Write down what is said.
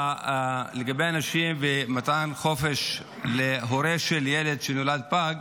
לגבי הנשים ומתן חופש להורה של ילד שנולד פג,